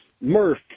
Murph